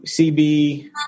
cb